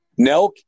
NELK